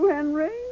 Henry